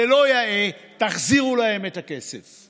זה לא יאה, תחזירו להם את הכסף.